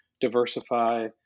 diversify